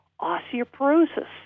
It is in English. osteoporosis